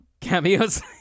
cameos